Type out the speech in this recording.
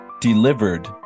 delivered